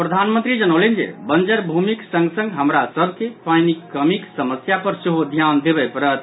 प्रधानमंत्री जनौलनि जे बंजर भूमिक संग संग हमरा सभ के पानिक कमिक समस्या पर सेहो ध्यान देबय पड़त